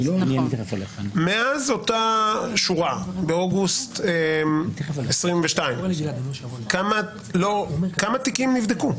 מאז אותה שורה באוגוסט 2022, כמה תיקים נבדקו?